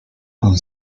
con